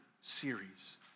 series